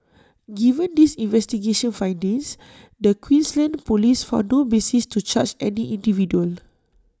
given these investigation findings the Queensland Police found no basis to charge any individual